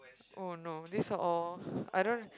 oh no these are all I don't